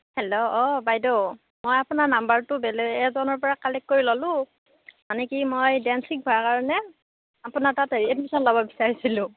hello অঁ বাইদেউ মই আপোনাৰ নম্বাৰটো বেলেগ এজনৰ পৰা কালেক্ট কৰি ল'লো মানে কি মই ডেঞ্চ শিকবাৰ কাৰণে আপোনাৰ তাত হেৰি এডমিশ্যন ল'ব বিচাৰিছিলোঁ